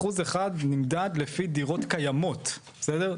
אחוז אחד נמדד לפי דירות קיימות, בסדר?